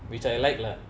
which I like lah